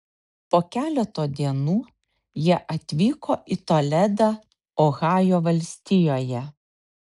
po keleto dienų jie atvyko į toledą ohajo valstijoje